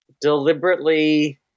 deliberately